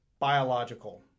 biological